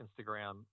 Instagram